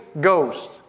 Ghost